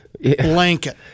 Blanket